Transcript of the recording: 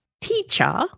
teacher